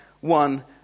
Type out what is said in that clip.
one